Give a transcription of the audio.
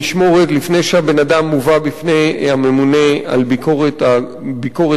לפני שהבן-אדם מובא בפני הממונה על ביקורת הגבולות.